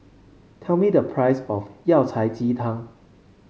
tell me the price of Yao Cai Ji Tang